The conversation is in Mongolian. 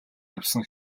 явсан